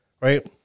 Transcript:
right